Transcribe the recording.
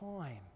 time